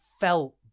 felt